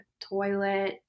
toilet